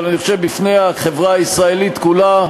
אבל בפני החברה הישראלית כולה,